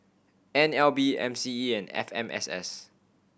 N L B M C E and F M S S